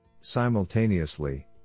Simultaneously